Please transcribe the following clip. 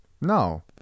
No